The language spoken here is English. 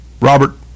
Robert